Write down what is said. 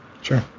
sure